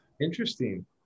Interesting